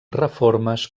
reformes